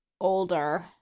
older